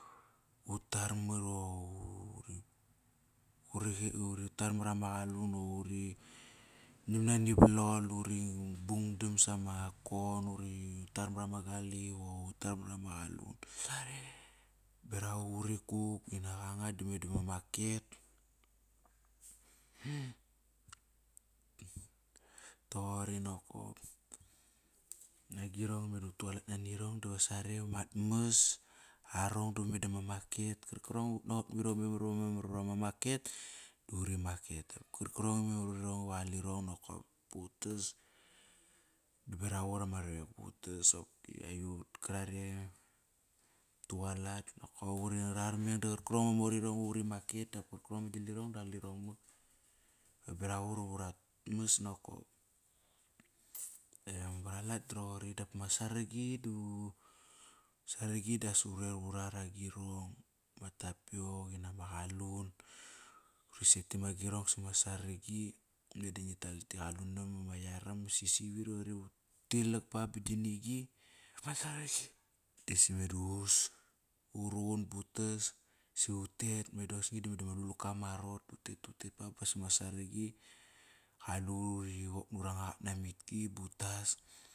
Utar maru utar mara ma qalun, uri nam nani valol, uri bungdam sama kon, uri tar mara ma galip, utar mara ma qalun sare. Berak aut, uri kuk inak anga dime dia ma market Toqori nonak. Agirong meda utualat nani rong da sare va ma mas. Arong da meda vama market, Qarkarong i utnaqot mirong ive memar memar va ma market duri market dap karkarong i memar vari rong nokop pa utas berak aut ama ravek ba utas qopki aiut karare. Utualat, nokop uri rarmeng da qa qarkarong ama mori rong iva uri market dap. Karkarong ama gilirong da qalirong mak berak aut iva urat mas nakop. Varalat da roqori dap ma saragi du saragi das uri at agirong, ma tapiok inak ma qalun, uri setim agirong sap saragi. Meda ngi tal gi qalunam ma yaram sisi vit iva qari va utilak ba ba gi ngi. Disime da us, uruqun bo utas si utet. Meda osni dama lulka ma arot, utet utet ba ba savat sarigi, qalut uri wok nura nga qatnamitki ba utas.